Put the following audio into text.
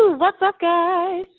what's up, guys?